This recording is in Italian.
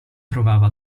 trovava